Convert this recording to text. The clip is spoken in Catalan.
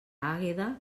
àgueda